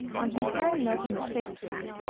on comparing milton with shakspere,